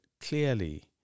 clearly